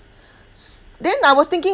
then I was thinking